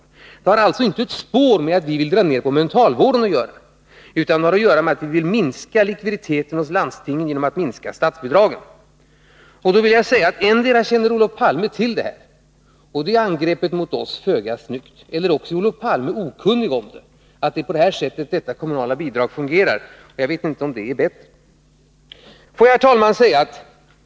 Vårt förslag har alltså inte ett spår med att vi skulle vilja dra ner på mentalvården att göra, utan det handlar om att vi vill minska likviditeten hos landstingen genom att skära ned statsbidragen. Endera känner Olof Palme till detta, och då är angreppet mot oss föga snyggt, eller också är han okunnig om att det är på det här sättet som detta kommunala bidrag fungerar. Jag vet inte om det är bättre.